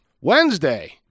Wednesday